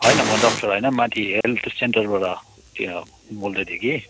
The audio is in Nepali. होइन म डाक्टर होइन माथि हेल्थ सेन्टरबाट त्यो बोल्दै थिएँ कि